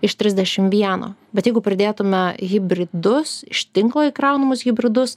iš trisdešim vieno bet jeigu pridėtume hibridus iš tinklo įkraunamus hibridus